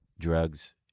drugs